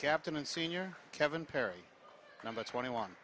captain and senior kevin perry number twenty one